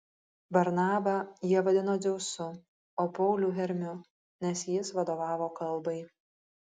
barnabą jie vadino dzeusu o paulių hermiu nes jis vadovavo kalbai